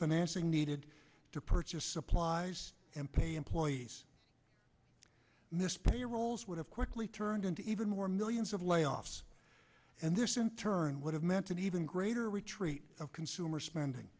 financing needed to purchase supplies and pay employees this payrolls would have quickly turned into even more millions of layoffs and this in turn would have meant an even greater retreat of consumer spending